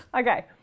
Okay